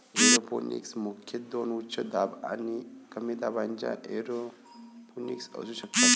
aeroponics मुख्यतः दोन उच्च दाब आणि कमी दाबाच्या एरोपोनिक्स असू शकतात